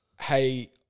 Hey